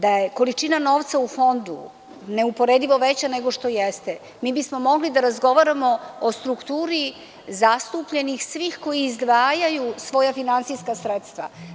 Da je količina novca u Fondu neuporedivo veća nego što jeste, mogli bismoda razgovaramo o strukturi zastupljenih svih koji izdvajaju svoja finansijska sredstva.